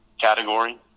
category